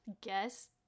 guess